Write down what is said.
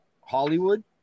Hollywood